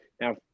now